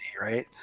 right